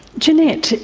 jeanette,